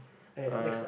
eh next lah